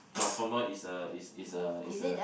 Transformer is a is is a is a